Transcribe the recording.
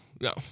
no